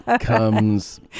comes